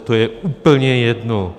To je úplně jedno.